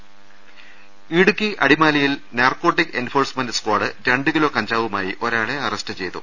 രദ്ദേഷ്ടങ ഇടുക്കി അടിമാലിയിൽ narcotic enforcement squad രണ്ടു കിലോ കഞ്ചാവുമായി ഒരാളെ അറസ്റ്റ് ചെയ്തു